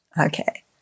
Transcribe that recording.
Okay